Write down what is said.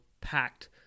packed